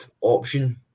option